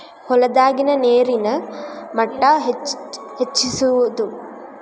ಹೊಲದಾಗಿನ ನೇರಿನ ಮಟ್ಟಾ ಹೆಚ್ಚಿಸುವದು